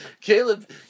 Caleb